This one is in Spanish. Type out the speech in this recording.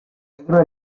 pedro